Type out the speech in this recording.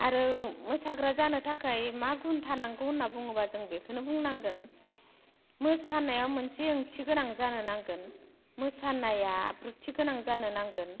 आरो मोसाग्रा जानो थाखाय मा गुन थानांगौ बुङोब्ला जों बेखोनो बुंनांगोन मोसानाया मोनसे ओंथि गोनां जानो नांगोन मोसानाया आब्रुथि गोनां जानो नांगोन